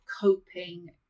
coping